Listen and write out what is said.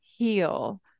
heal